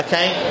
Okay